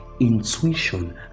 intuition